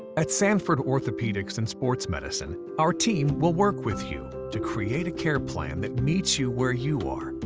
at sanford orthopedics and sports medicine, our team will work with you to create a care plan that meets you where you are.